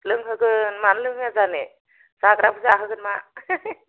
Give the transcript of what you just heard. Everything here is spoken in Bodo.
लोंहोगोन मानो लोंहोया जानो जाग्राबो जाहोगोन मा